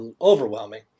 overwhelming